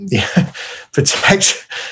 protect